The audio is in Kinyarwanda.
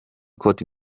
côte